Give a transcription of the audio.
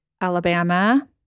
Alabama